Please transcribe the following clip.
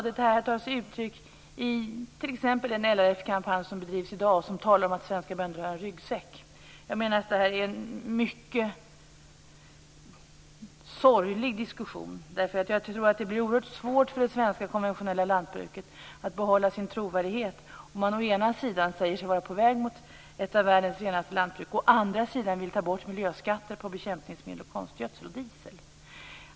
Det tar sig uttryck i t.ex. en LRF kampanj, som bedrivs i dag och där man talar om att svenska bönder har en ryggsäck. Det är en mycket sorglig diskussion. Jag tror att det blir oerhört svårt för det svenska konventionella lantbruket att behålla sin trovärdighet om man å ena sidan säger sig vara på väg mot ett av världens renaste lantbruk och å andra sidan vill ta bort miljöavgifter på bekämpningsmedel, konstgödsel och diesel.